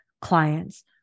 clients